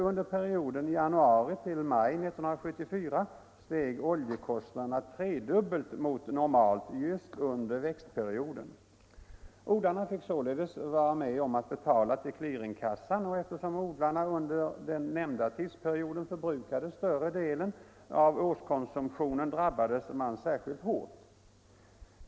Under perioden januari-maj 1974 steg oljekostnaderna tredubbelt mot normalt, just under växtperioden. Odlarna fick således vara med om att betala till clearingkassan, och eftersom odlarna under den nämnda tidsperioden förbrukade större delen av årskonsumtionen drabbades man särskilt hårt.